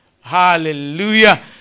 Hallelujah